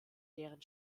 deren